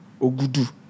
Ogudu